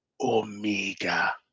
Omega